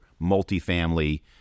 multifamily